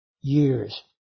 years